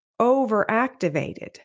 overactivated